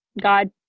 God